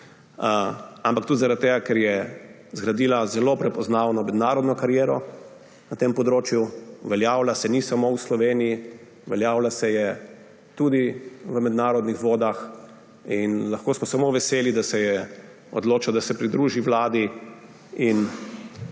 ampak tudi zaradi tega, ker je zgradila zelo prepoznavno mednarodno kariero na tem področju. Uveljavila se ni samo v Sloveniji, uveljavila se je tudi v mednarodnih vodah. In lahko smo samo veseli, da se je odločila, da se pridruži vladi in